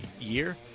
year